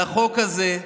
והחוק הזה,